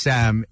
Sam